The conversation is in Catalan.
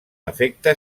efecte